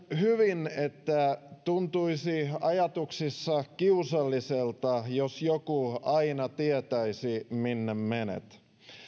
hyvin että tuntuisi ajatuksissa kiusalliselta jos joku aina tietäisi minne menet